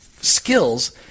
skills